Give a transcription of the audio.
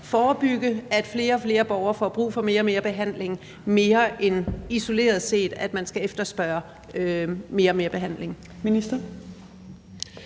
forebygge, at flere og flere borgere får brug for mere og mere behandling, i stedet for at man isoleret set skal efterspørge mere og mere behandling.